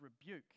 rebuke